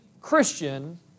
Christian